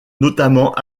notamment